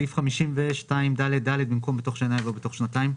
בסעיף 52ד(א), במקום "31 בדצמבר 2020"